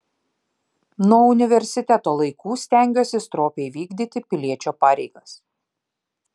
nuo universiteto laikų stengiuosi stropiai vykdyti piliečio pareigas